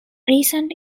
recent